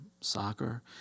soccer